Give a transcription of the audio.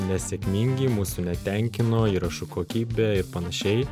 nesėkmingi mūsų netenkino įrašų kokybė ir panašiai